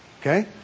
Okay